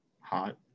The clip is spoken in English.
hot